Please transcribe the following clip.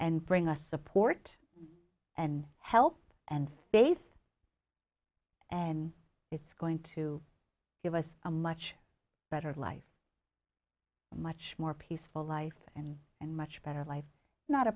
and bring us support and help and faith and it's going to give us a much better life and much more peaceful life and and much better life not a